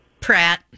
Pratt